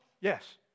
Yes